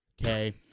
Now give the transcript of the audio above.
Okay